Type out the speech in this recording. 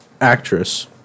actress